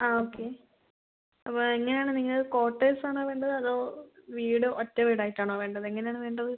ആ ഓക്കെ അപ്പോൾ എങ്ങനെയാണ് നിങ്ങൾ കോട്ടേഴ്സാണോ വേണ്ടത് അതോ വീട് ഒറ്റ വീടായിട്ടാണോ വേണ്ടത് എങ്ങനെയാണ് വേണ്ടത്